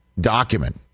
document